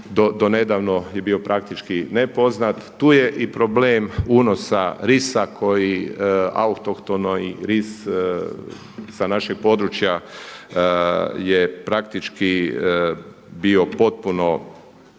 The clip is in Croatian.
do nedavno je bio praktički nepoznat. Tu je i problem unosa risa koji autohtono i ris sa našeg područja je praktički bio potpuno